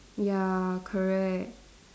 ya correct